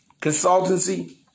consultancy